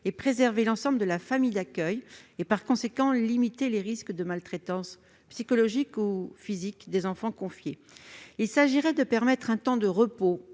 à préserver l'ensemble de la famille d'accueil et, par conséquent, à limiter les risques de maltraitance psychologique ou physique des enfants confiés. Il s'agirait d'offrir un temps de repos